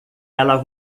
ela